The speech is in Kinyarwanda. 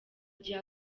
igihe